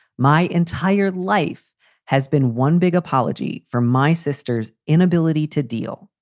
my entire life has been one big apology for my sister's inability to deal.